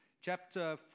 chapter